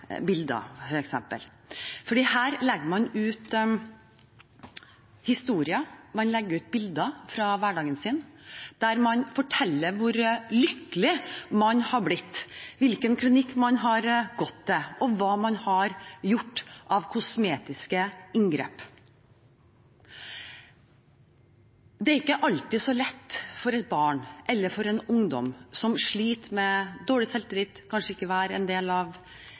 bilder, f.eks. Her legger man ut historier, man legger ut bilder fra hverdagen sin, der man forteller hvor lykkelig man har blitt, hvilken klinikk man har gått til, og hva man har gjort av kosmetiske inngrep. Det er ikke alltid så lett for et barn eller for en ungdom som sliter med dårlig selvtillit, som kanskje ikke er en del av